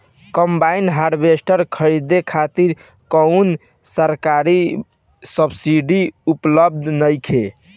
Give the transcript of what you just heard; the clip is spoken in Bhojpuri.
कंबाइन हार्वेस्टर खरीदे खातिर कउनो सरकारी सब्सीडी उपलब्ध नइखे?